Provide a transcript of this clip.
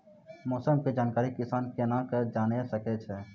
मौसम के जानकारी किसान कता सं जेन सके छै?